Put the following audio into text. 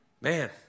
Man